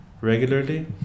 regularly